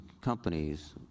companies